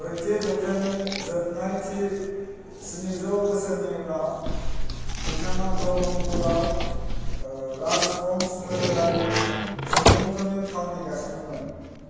ब्रैथि जौथाइनि जोबनायथिं स्निजौ बोसोरनि उनाव बिथाङा ब्रह्मपुरआव राजबंश फोलेरारि सुबुंफोरनि थावनि गायसनदोंमोन